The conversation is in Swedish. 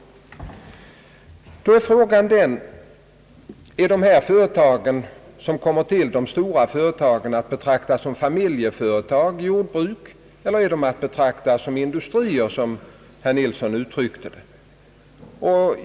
Då blir frågan om dessa nytillkommande stora företag är att betrakta som familjejordbruk eller som industrier, för att använda herr Nilssons uttryck.